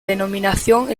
denominación